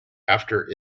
after